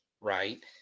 right